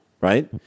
Right